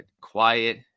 quiet